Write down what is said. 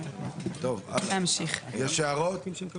יש הערות?